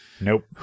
Nope